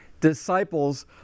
disciples